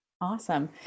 awesome